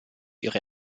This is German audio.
ihre